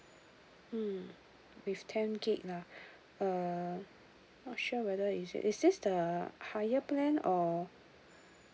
mm with ten G_B lah uh not sure whether is it is this the higher plan or